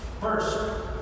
First